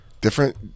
Different